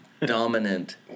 dominant